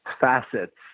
facets